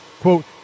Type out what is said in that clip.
quote